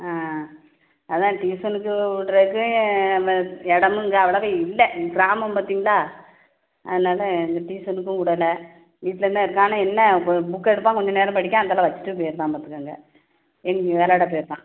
ஆ அதான் டியூஷனுக்கு விட்றக்கு நம்ம இடமும் இங்கே அவ்வளோக்கா இல்லை இது கிராமம் பார்த்திங்களா அதனால் இந்த டியூஷனுக்கும் விடல வீட்ல தான் இருக்கான் ஆனால் என்ன இப்போ ஒரு புக் எடுப்பான் கொஞ்சம் நேரம் படிக்கான் அந்தான வச்சிட்டு போயிடுறான் பார்த்துக்கங்க எங்கே விளாட போயிடுறான்